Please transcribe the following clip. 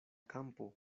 kampo